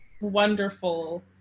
wonderful